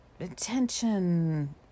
attention